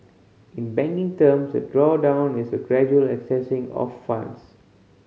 in banking terms a drawdown is a gradual accessing of funds